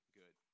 good